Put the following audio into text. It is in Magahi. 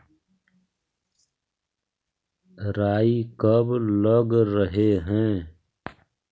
राई कब लग रहे है?